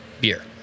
Beer